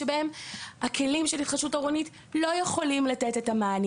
שבהם הכלים של התחדשות עירונית לא יכולים לתת את המענים